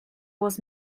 was